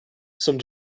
some